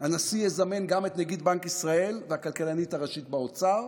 הנשיא יזמן גם את נגיד בנק ישראל והכלכלנית הראשית באוצר,